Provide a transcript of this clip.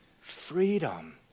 Freedom